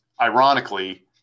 ironically